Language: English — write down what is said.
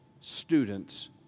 students